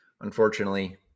unfortunately